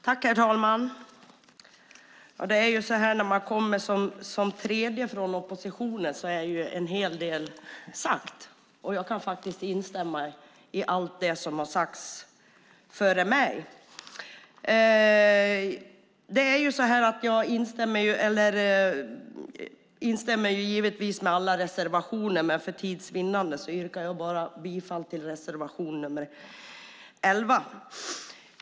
Herr talman! När man kommer upp i talarstolen som den tredje personen från oppositionen har en hel del redan sagts, och jag kan faktiskt instämma i allt det som har sagts från talarna före mig. Jag står naturligtvis bakom alla våra reservationer, men för tids vinnande yrkar jag bifall bara till reservation 11.